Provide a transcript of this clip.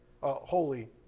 Holy